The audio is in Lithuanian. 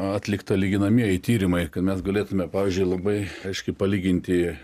atlikta lyginamieji tyrimai kad mes galėtume pavyzdžiui labai aiškiai palyginti